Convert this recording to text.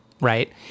right